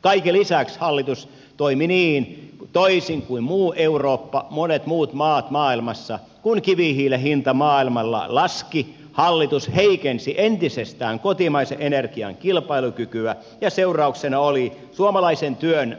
kaiken lisäksi hallitus toimi niin toisin kuin muu eurooppa monet muut maat maailmassa että kun kivihiilen hinta maailmalla laski hallitus heikensi entisestään kotimaisen energian kilpailukykyä ja seurauksena oli suomalaisen työn